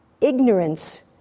Ignorance